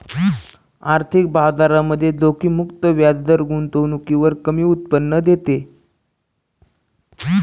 आर्थिक बाजारामध्ये जोखीम मुक्त व्याजदर गुंतवणुकीवर कमी उत्पन्न देते